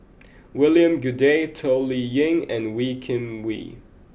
William Goode Toh Liying and Wee Kim Wee